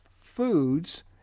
foods